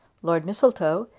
lord mistletoe,